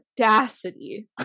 audacity